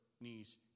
knees